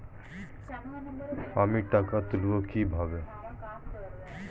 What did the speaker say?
আমি টাকা তুলবো কি ভাবে?